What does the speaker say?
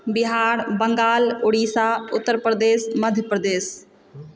Bihar Bengal Orissa Uttar Pradesh Madhya Pradesh